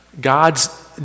God's